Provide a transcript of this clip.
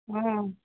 ହଁ